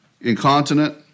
incontinent